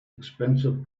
expensive